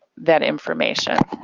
that information.